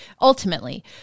Ultimately